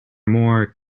more